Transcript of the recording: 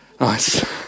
Nice